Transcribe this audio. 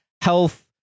health